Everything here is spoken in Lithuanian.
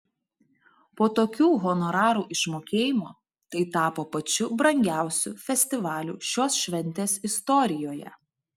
po tokių honorarų išmokėjimo tai tapo pačiu brangiausiu festivaliu šios šventės istorijoje